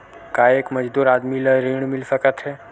का एक मजदूर आदमी ल ऋण मिल सकथे?